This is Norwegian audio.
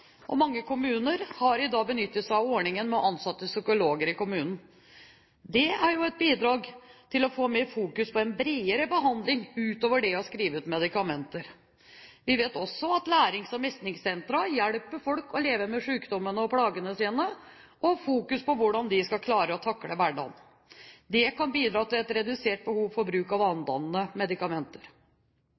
og mange kommuner har i dag benyttet seg av ordningen med å ansette psykologer i kommunen. Det er et bidrag til å få mer fokus på en bredere behandling utover det å skrive ut medikamenter. Vi vet også at lærings- og mestringssentre hjelper folk å leve med sykdommene og plagene sine, og de har fokus på hvordan folk skal klare å takle hverdagen. Det kan bidra til et redusert behov for bruk av vanedannende medikamenter.